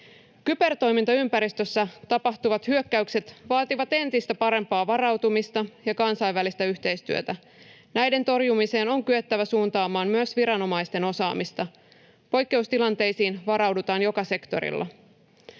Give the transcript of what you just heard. Kybertoimintaympäristössä tapahtuvat hyökkäykset vaativat entistä parempaa varautumista ja kansainvälistä yhteistyötä. Näiden torjumiseen on kyettävä suuntaamaan myös viranomaisten osaamista. Poikkeustilanteisiin varaudutaan joka sektorilla.